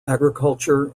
agriculture